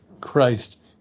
Christ